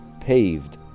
paved